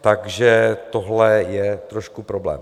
Takže tohle je trošku problém.